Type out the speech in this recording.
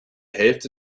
hälfte